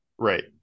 right